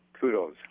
kudos